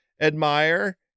admire